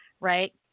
right